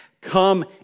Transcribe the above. Come